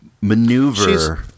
maneuver